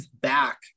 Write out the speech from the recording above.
back